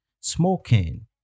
smoking